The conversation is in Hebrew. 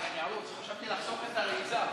חשבתי לחסוך את הריצה.